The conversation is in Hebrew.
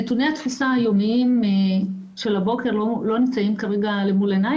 נתוני התפוסה היומיים של הבוקר לא נמצאים כרגע למול עיניי,